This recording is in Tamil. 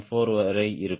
4 வரை இருக்கும்